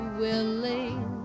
willing